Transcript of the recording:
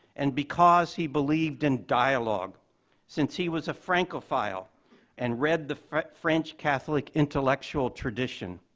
and because he believed in dialogue since he was a francophile and read the french french catholic intellectual tradition.